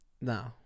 No